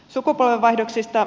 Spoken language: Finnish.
sukupolvenvaihdoksista